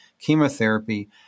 chemotherapy